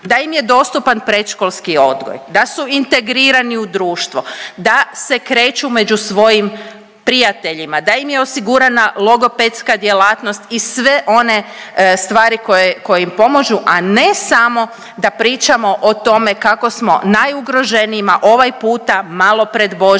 da im je dostupan predškolski odgoj, da su integrirani u društvo, da se kreću među svojim prijateljima, da im je osigurana logopedska djelatnost i sve one stvari koje im pomažu, a ne samo da pričamo o tome kako smo najugroženijima ovaj puta malo pred Božić